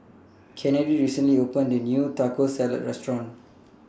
Kennedy recently opened A New Taco Salad Restaurant